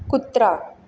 कुत्रा